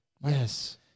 Yes